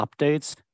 updates